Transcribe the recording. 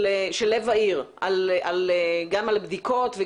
של לב העיר, גם על בדיקות.